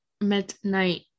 midnight